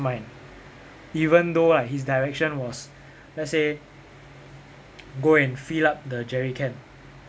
mind even though right his direction was let's say go and fill up the jerrycan